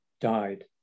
died